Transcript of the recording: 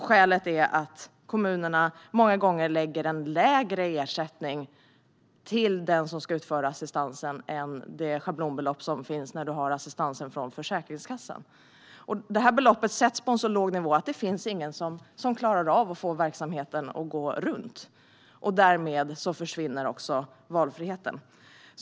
Skälet är att kommunerna många gånger lägger en lägre ersättning till den som ska utföra assistansen än det schablonbelopp som finns när du har assistansen från Försäkringskassan. Beloppet sätts på en så låg nivå att det inte finns någon som klarar av att få verksamheten att gå runt. Därmed försvinner också valfriheten.